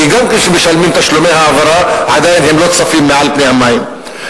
כי גם כשמשלמים תשלומי העברה הם עדיין לא צפים מעל פני המים.